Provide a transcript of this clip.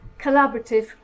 collaborative